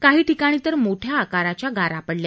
काही ठिकाणी तर मोठ्या आकाराच्या गारा पडल्या